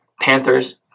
Panthers